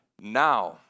now